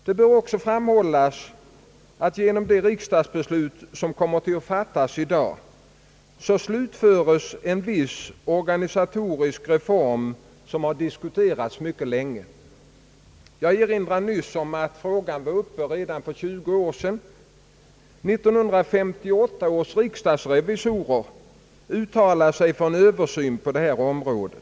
Det bör också framhållas att genom det riksdagsbeslut som kommer att fattas i dag slutföres en viss organisatorisk reform som har diskuterats mycket länge. Jag erinrade nyss om att frågan var uppe redan för 20 år sedan. 1958 års riksdagsrevisorer uttalade sig för en översyn på detta område.